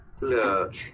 Look